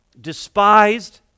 despised